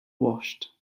washed